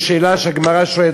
ויש שאלה שהגמרא שואלת,